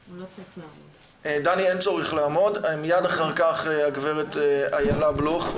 מיד אחר כך הגב' אילה בלוך,